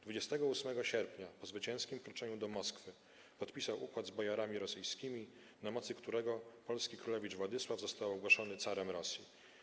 28 sierpnia, po zwycięskim wkroczeniu do Moskwy, podpisał układ z bojarami rosyjskimi, na mocy którego polski królewicz Władysław został ogłoszony carem Rosji.